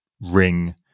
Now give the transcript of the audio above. ring